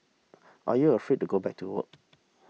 are you afraid to go back to work